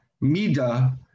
mida